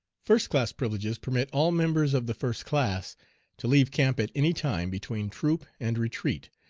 first-class privileges permit all members of the first class to leave camp at any time between troop and retreat,